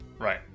Right